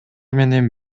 менен